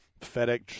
FedEx